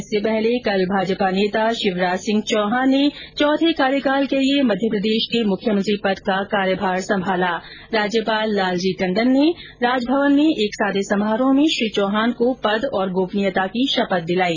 इससे पहले कल भाजपा नेता शिवराज सिंह चौहान ने चौथे कार्यकाल के लिए मध्यप्रदेश के मुख्यमंत्री पद का कार्यभार संभाला राज्यपाल लालजी टंडन ने राजभवन में एक सादे समारोह में श्री चौहान को पद और गोपनीयता की शपथ दिलाई